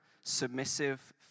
submissive